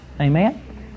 Amen